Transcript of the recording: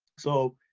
so,